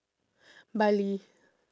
bali